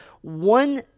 one